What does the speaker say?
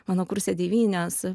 mano kurse devynios